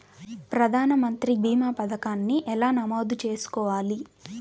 ప్రధాన మంత్రి భీమా పతకాన్ని ఎలా నమోదు చేసుకోవాలి?